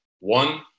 One